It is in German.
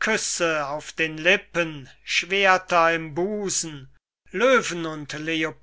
küsse auf den lippen schwerter im busen löwen und